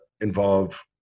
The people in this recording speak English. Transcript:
involve